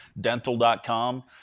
dental.com